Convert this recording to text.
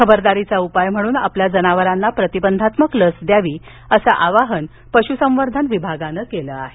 खबरदारीचा उपाय म्हणून आपल्या जनावरांना प्रतिबंधात्मक लस द्यावी असं आवाहन पश्संवर्धन विभागानं केलं आहे